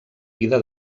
vida